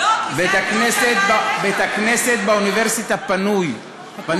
את בית-הכנסת עצמו באוניברסיטה אולי כן.